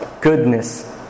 goodness